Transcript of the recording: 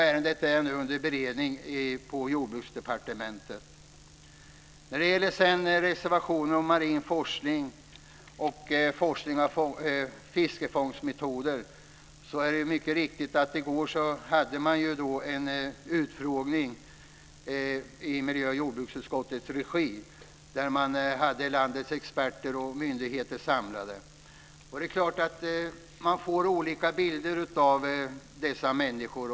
Ärendet är nu under beredning på I reservationerna om marinforskning och forskning om fiskefångstmetoder är det mycket riktigt att man i går hade en utfrågning i miljö och jordbruksutskottets regi där man hade landets experter och myndigheter samlade. Det är klart att dessa människor presenterar olika bilder.